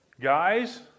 Guys